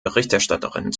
berichterstatterin